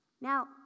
Now